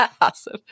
Awesome